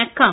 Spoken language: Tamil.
வணக்கம்